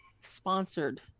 sponsored